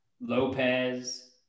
Lopez